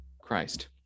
Christ